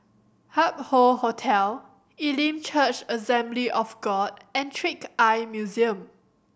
Hup Hoe Hotel Elim Church Assembly of God and Trick Eye Museum